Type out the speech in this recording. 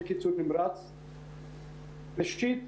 ראשית,